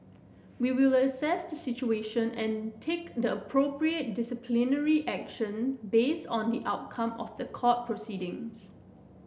we will assess the situation and take the appropriate disciplinary action based on the outcome of the court proceedings